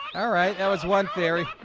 all right, that was one theory